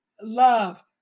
love